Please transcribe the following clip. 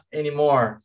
anymore